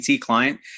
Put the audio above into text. client